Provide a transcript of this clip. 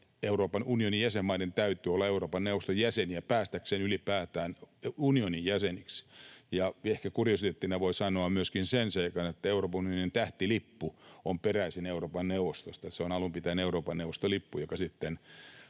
Euroopan unionin jäsenmaiden täytyy olla Euroopan neuvoston jäseniä päästäkseen ylipäätään unionin jäseniksi. Ja ehkä kuriositeettina voi sanoa myöskin sen seikan, että Euroopan unionin tähtilippu on peräisin Euroopan neuvostosta. Se on alun pitäen Euroopan neuvoston lippu, joka on sitten